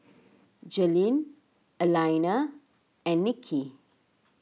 Jalyn Alaina and Nicki